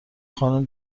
خانومه